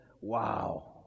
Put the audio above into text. wow